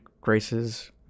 graces